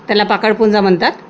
त्याला पाकळपूंजा म्हणतात